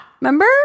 remember